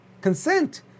Consent